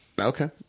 Okay